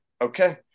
Okay